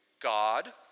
God